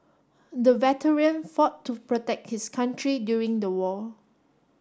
the veteran fought to protect his country during the war